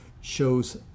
shows